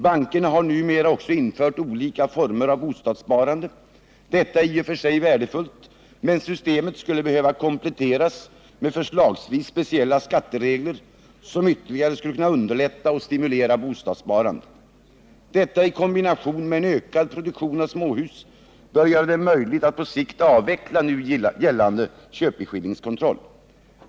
Bankerna har numera också infört olika former av bostadssparande. Detta är i och för sig värdefullt, men systemet skulle behöva kompletteras med förslagsvis speciella skatteregler, som ytterligare skulle kunna underlätta och stimulera bostadssparandet. Detta i kombination med en ökad produktion av småhus bör göra det möjligt att på sikt avveckla nu gällande köpeskillingskontroll.